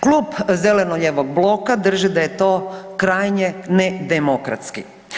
Klub zeleno-lijevog bloka drži da je to krajnje nedemokratski.